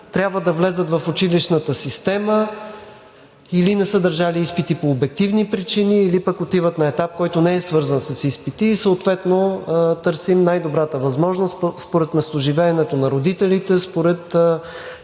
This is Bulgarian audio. трябва да влязат в училищната система и не са държали изпити по обективни причини, или отиват на етап, който не е свързан с изпити, и съответно търсим най-добрата възможност – според местоживеенето на родителите, според